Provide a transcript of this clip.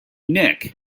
nick